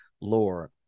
lore